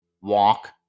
walk